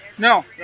No